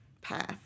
path